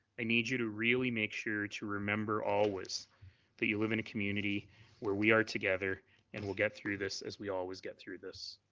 i need you to really make sure to remember always that you live in a community where we are together and we will get through this as we always get through this.